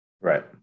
Right